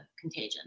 contagion